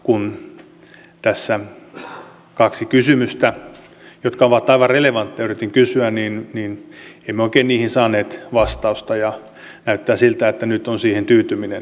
kun tässä kaksi kysymystä jotka ovat aivan relevantteja yritin kysyä niin emme oikein niihin saaneet vastausta ja näyttää siltä että nyt on siihen tyytyminen